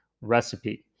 recipe